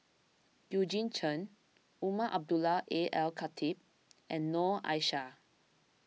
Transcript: Eugene Chen Umar Abdullah Al Khatib and Noor Aishah